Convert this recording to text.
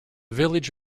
village